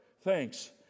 Thanks